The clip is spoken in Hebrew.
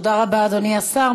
תודה רבה, אדוני השר.